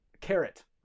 carrot